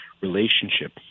relationship